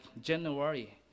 January